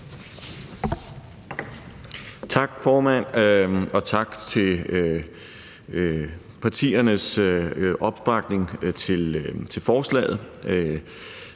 Tak, formand, og tak til partiernes opbakning til forslaget.